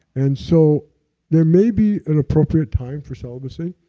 and so there may be an appropriate time for celibacy.